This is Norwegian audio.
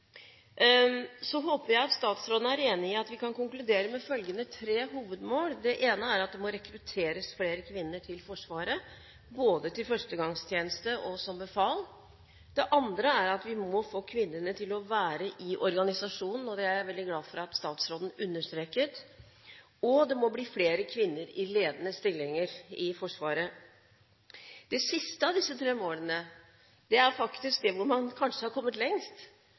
håper at statsråden er enig i at vi kan konkludere med følgende tre hovedmål: Det ene er at det må rekrutteres flere kvinner til Forsvaret, både til førstegangstjeneste og som befal. Det andre er at vi må få kvinnene til å være i organisasjonen – det er jeg veldig glad for at statsråden understreket – og, det tredje, det må bli flere kvinner i ledende stillinger i Forsvaret. Det siste av disse tre målene er der hvor man kanskje har kommet lengst.